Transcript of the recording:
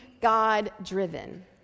God-driven